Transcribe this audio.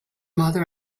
mother